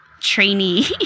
trainee